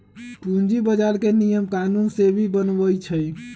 पूंजी बजार के नियम कानून सेबी बनबई छई